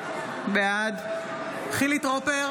בעד חילי טרופר,